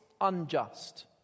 unjust